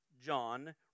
John